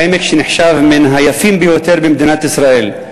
עמק שנחשב מן היפים ביותר במדינת ישראל,